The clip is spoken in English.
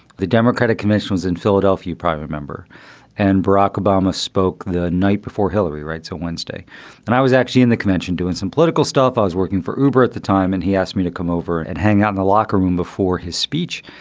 the democratic convention in philadelphia, private member and barack obama spoke the night before hillary. right. so wednesday and i was actually in the convention doing some political stuff. i was working for uber at the time and he asked me to come over and hang out in the locker room before his speech.